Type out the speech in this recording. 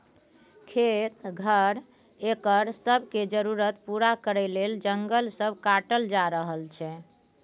खेत, घर, एकर सब के जरूरत पूरा करइ लेल जंगल सब काटल जा रहल छै